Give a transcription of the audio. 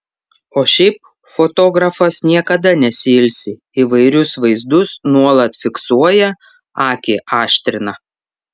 o šiaip fotografas niekada nesiilsi įvairius vaizdus nuolat fiksuoja akį aštrina